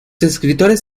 escritos